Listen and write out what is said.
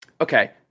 Okay